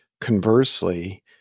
conversely